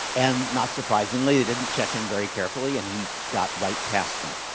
and not surprisingly, didn't check in very carefully, and he got right past them.